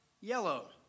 yellow